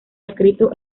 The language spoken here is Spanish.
escrito